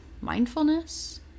mindfulness